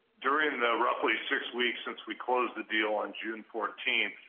during the roughly six weeks, since we closed the deal on june fourteen,